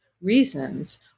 reasons